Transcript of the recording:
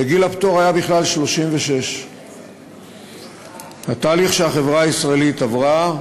וגיל הפטור היה בכלל 36. בתהליך שהחברה הישראלית עברה,